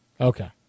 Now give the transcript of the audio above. Okay